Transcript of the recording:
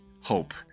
hope